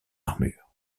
armure